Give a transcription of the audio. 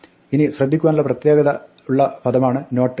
ഇനി ശ്രദ്ധിക്കുവാനുള്ള പ്രത്യേകതയുള്ള പദമാണ് നോട്ട്